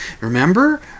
Remember